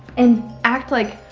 and acting like,